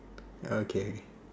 okay